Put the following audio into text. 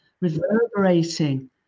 reverberating